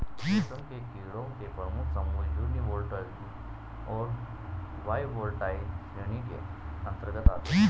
रेशम के कीड़ों के प्रमुख समूह यूनिवोल्टाइन और बाइवोल्टाइन श्रेणियों के अंतर्गत आते हैं